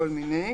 כל מיני.